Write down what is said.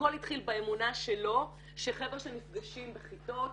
-- הכל התחיל באמונה שלו שחבר'ה שנפגשים בכיתות,